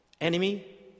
enemy